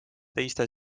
teiste